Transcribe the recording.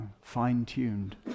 fine-tuned